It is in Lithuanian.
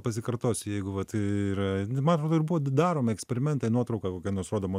pasikartosiu jeigu vat ir nu matot ir buvo daromi eksperimentą nuotrauka kokia nors rodoma